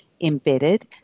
embedded